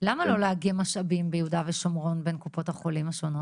למה לא לאגם משאבים ביהודה ושומרון בין קופות החולים השונות?